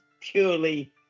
purely